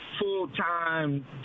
full-time